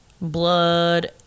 Blood